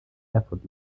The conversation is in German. erfurt